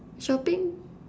shopping